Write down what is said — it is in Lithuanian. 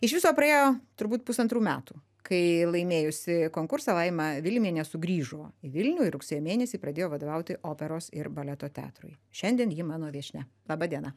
iš viso praėjo turbūt pusantrų metų kai laimėjusi konkursą laima vilimienė sugrįžo į vilnių ir rugsėjo mėnesį pradėjo vadovauti operos ir baleto teatrui šiandien ji mano viešnia laba diena